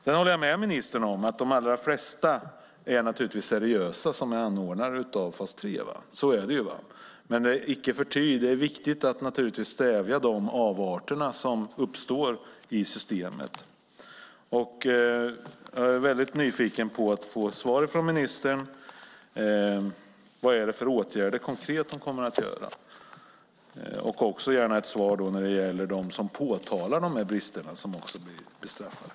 Sedan håller jag med ministern om att de allra flesta som är anordnare av fas 3 naturligtvis är seriösa. Så är det. Men icke förty är det naturligtvis viktigt att stävja de avarter som uppstår i systemet. Jag är väldigt nyfiken på ministerns svar. Vad är det för konkreta åtgärder hon kommer att vidta? Jag vill också gärna ha ett svar när det gäller dem som påtalar bristerna och blir bestraffade.